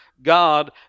God